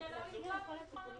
זה פשוט לא מתקבל על הדעת.